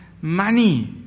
money